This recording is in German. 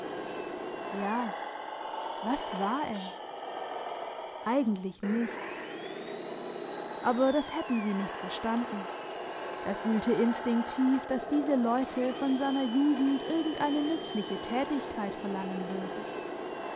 ja was war er eigentlich nichts aber das hätten sie nicht verstanden er fühlte instinktiv dass diese leute von seiner jugend irgend eine nützliche tätigkeit verlangen würden